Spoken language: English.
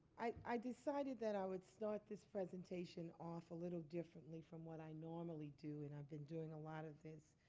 i decided that i would start this presentation off a little differently from what i normally do. and i've been doing a lot of this.